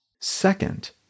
Second